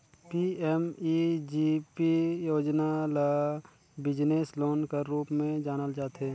PMEGP योजना ल business loan कर रूप में जानल जाथे